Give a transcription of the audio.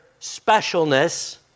specialness